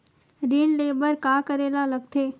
ऋण ले बर का करे ला लगथे?